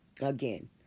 Again